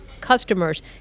customers